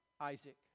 Isaac